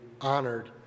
honored